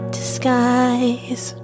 disguise